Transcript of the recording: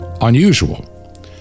unusual